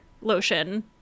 lotion